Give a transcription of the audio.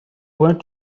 went